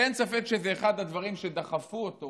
ואין ספק שזה אחד הדברים שדחפו אותו